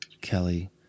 Kelly